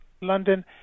London